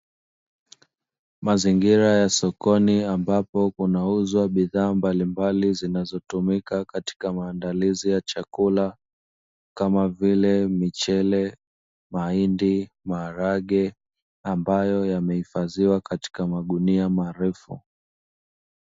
Mazingira ya sokoni ambapo kunauzwa bidhaa mbalimbali zinazotumika katika maandalizi ya chakula kama vile; Michele, Mahindi, Maharage ambayo yamehifadhiwa katika magunia marefu.